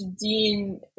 Dean